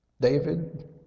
David